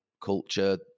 culture